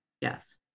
Yes